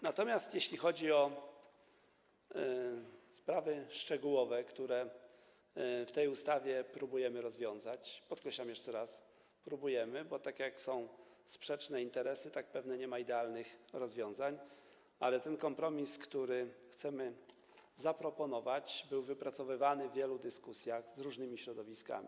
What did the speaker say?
Natomiast jeśli chodzi o sprawy szczegółowe, które w tej ustawie próbujemy rozwiązać - podkreślam jeszcze raz: próbujemy, bo jak są sprzeczne interesy, tak pewnie nie ma idealnych rozwiązań - ten kompromis, który chcemy zaproponować, był wypracowywany w wielu dyskusjach z różnymi środowiskami.